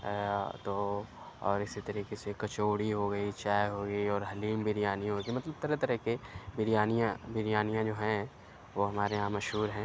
تو اور اِسی طریقے سے کچوڑی ہو گئی چائے ہو گئی اور حلیم بریانی ہو گئی مطلب طرح طرح کے بریانیاں بریانیاں جو ہیں وہ ہمارے یہاں مشہور ہیں